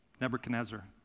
Nebuchadnezzar